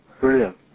Brilliant